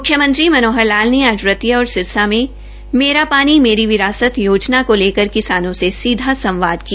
म्ख्यमंत्री मनोहर लाल ने आज रतिया और सिरसा में मेरा पानी मेरी विरासत योजना को लेकर किसानों से सीधा संवाद किया